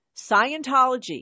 scientology